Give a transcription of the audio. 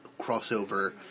crossover